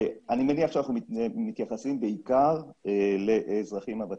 אני מניח שאנחנו מתייחסים בעיקר לאזרחים הוותיקים.